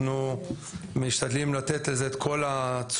אנחנו משתדלים לתת לזה את כל התשומות